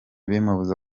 bimubuza